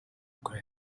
cry